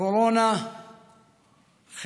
לקורונה יש חסרונות,